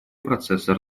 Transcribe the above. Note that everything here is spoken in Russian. процесса